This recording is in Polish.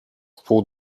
wpół